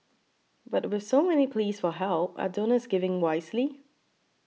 but with so many pleas for help are donors giving wisely